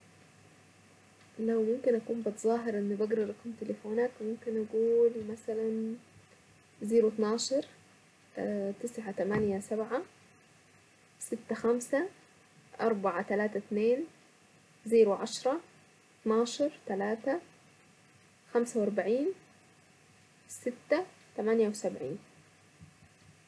لو ممكن اكون بتظاهر اني بقرا رقم تليفونات وممكن اقول مثلا زيرو اتناشر تسعة تمانية سبعة ستة خمسة اربعة تلاتة اتنين زيرو عشرة اتناشر تلاتة خمسة واربعين ستة تمانية وسبعين.